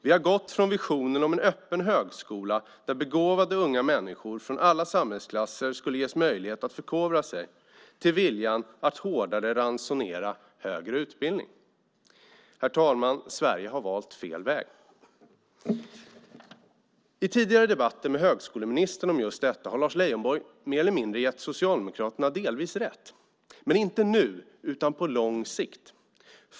Vi har gått från visionen om en öppen högskola där begåvade unga människor från alla samhällsklasser skulle ges möjlighet att förkovra sig till viljan att hårdare ransonera högre utbildning. Herr talman! Sverige har valt fel väg. I tidigare debatter med högskoleministern om detta har Lars Leijonborg mer eller mindre gett Socialdemokraterna rätt, men inte nu utan på lång sikt.